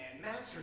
Master